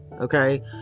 Okay